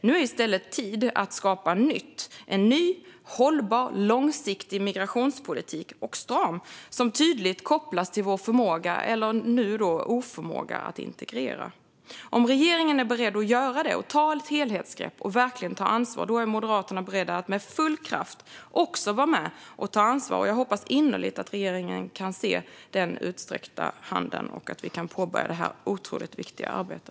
Nu är i stället tid att skapa nytt - en ny, hållbar, långsiktig och stram migrationspolitik, som tydligt kopplas till vår förmåga, eller oförmåga, att integrera. Om regeringen är beredd att göra detta - ta ett helhetsgrepp och verkligen ta ansvar - är Moderaterna beredda att med full kraft också vara med och ta ansvar. Jag hoppas innerligt att regeringen kan se den utsträckta handen och att vi kan påbörja detta otroligt viktiga arbete.